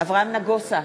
אברהם נגוסה,